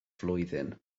flwyddyn